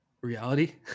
reality